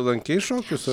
lankei šokius ar